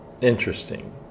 interesting